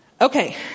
Okay